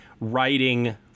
writing